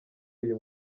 uyu